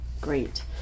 Great